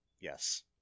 Yes